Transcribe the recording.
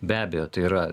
be abejo tai yra